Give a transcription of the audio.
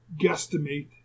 guesstimate